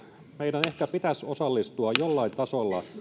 meidän poliitikkojen ehkä pitäisi osallistua jollain tasolla